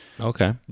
Okay